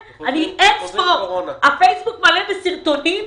הפייסבוק מלא בסרטונים,